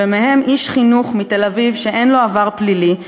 ומהם איש חינוך מתל-אביב שאין לו עבר פלילי,